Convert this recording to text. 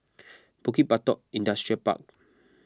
Bukit Batok Industrial Park